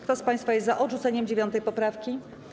Kto z państwa jest za odrzuceniem 9. poprawki?